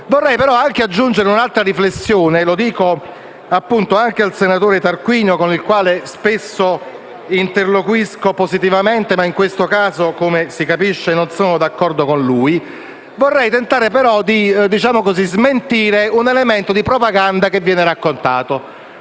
Vorrei però aggiungere un'altra riflessione, e lo dico anche al senatore Tarquinio con il quale spesso interloquisco positivamente, ma con il quale in questo caso, come si capisce, non sono d'accordo. Vorrei tentare di smentire un elemento di propaganda che viene raccontato,